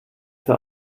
zur